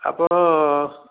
ଆପଣ